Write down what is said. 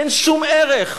אין שום ערך,